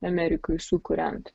amerikoj sukuriant